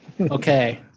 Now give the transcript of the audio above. Okay